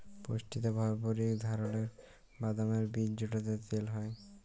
পুষ্টিতে ভরপুর ইক ধারালের বাদামের বীজ যেটতে তেল হ্যয়